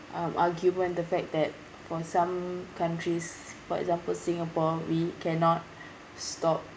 um argument the fact that for some countries for example singapore we cannot stop